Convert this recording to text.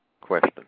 question